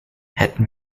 hätten